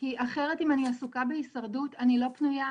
כי אחרת אם אני עסוקה בהישרדות אני לא פנויה